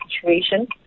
situation